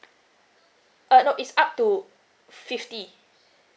uh no is up to fifty